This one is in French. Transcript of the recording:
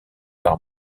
par